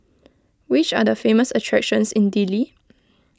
which are the famous attractions in Dili